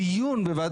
הדיון שם,